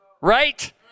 right